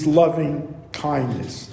loving-kindness